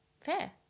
fair